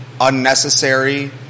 unnecessary